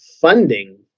funding